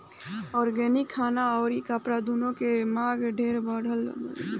organic खाना अउरी कपड़ा दूनो के मांग ढेरे बढ़ल बावे